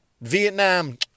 Vietnam